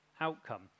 outcome